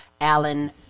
Alan